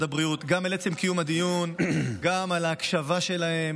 הבריאות גם על עצם קיום הדיון וגם על ההקשבה שלהם,